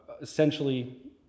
essentially